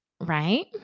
Right